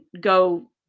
go